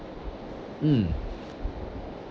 mm